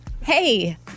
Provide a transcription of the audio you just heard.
hey